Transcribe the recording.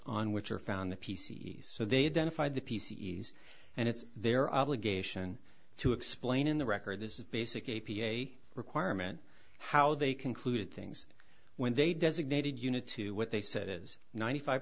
on which are found the p c isso they don't find the p c s and it's their obligation to explain in the record this is basic a p a requirement how they concluded things when they designated unit to what they said is ninety five